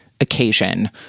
occasion